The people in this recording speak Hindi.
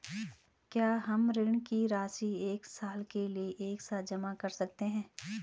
क्या हम ऋण की राशि एक साल के लिए एक साथ जमा कर सकते हैं?